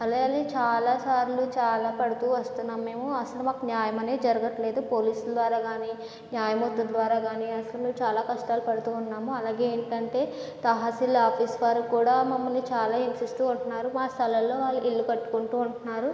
అలాగే చాలాసార్లు చాలా పడుతూ వస్తున్నాము మేము అస్సలు మాకు న్యాయమనే జరగట్లేదు పోలీసుల ద్వారా కానీ న్యాయమూర్తుల ద్వారా కానీ అస్సలు చాలా కష్టాలు పడుతూ ఉన్నాము అలాగే ఏంటంటే తహశీల్ ఆఫీస్ వారు కూడా మమ్మల్ని చాలా హింసిస్తూ ఉంటున్నారు మా స్థలంలో వారు ఇళ్ళు కట్టుకుంటూ ఉంటున్నారు